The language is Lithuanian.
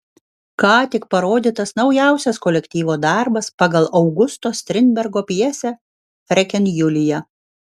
ką tik parodytas naujausias kolektyvo darbas pagal augusto strindbergo pjesę freken julija